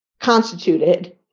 constituted